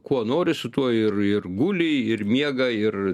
kuo nori su tuo ir ir guli ir miega ir